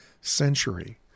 century